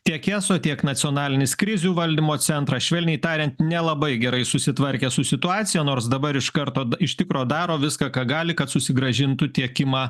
tiek eso tiek nacionalinis krizių valdymo centras švelniai tariant nelabai gerai susitvarkė su situacija nors dabar iš karto iš tikro daro viską ką gali kad susigrąžintų tiekimą